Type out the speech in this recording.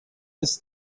this